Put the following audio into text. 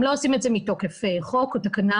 הם לא עושים את זה מתוקף חוק או תקנה.